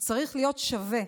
הוא צריך להיות שווה